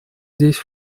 здесь